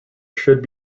should